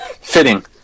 Fitting